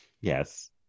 Yes